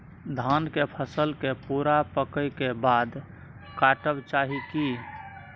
धान के फसल के पूरा पकै के बाद काटब चाही की?